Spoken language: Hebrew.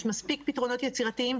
יש מספיק פתרונות יצירתיים,